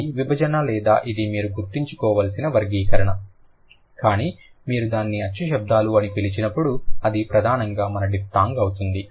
ఇది విభజన లేదా ఇది మీరు గుర్తుంచుకోవలసిన వర్గీకరణ కానీ మీరు దానిని అచ్చు శబ్దాలు అని పిలిచినప్పుడు అది ప్రధానంగా మన డిఫ్థాంగ్ అవుతుంది